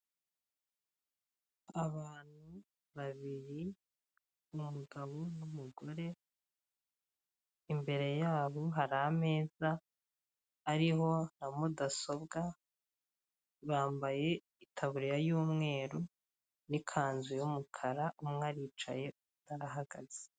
Abantu babiri, umugabo n'umugore, imbere yabo hari ameza ariho na mudasobwa, bambaye itaburiya y'umweru n'ikanzu y'umukara, umwe aricaye undi arahagaze.